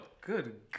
Good